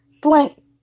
blank